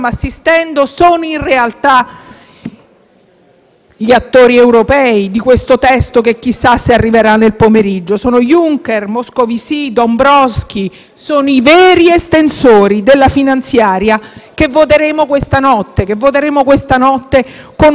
gli attori europei di questo testo, che chissà se arriverà nel pomeriggio. Sono Juncker, Moscovici e Dombrovskis, i veri estensori della finanziaria che voteremo questa notte, con un voto di fiducia e quindi piegati,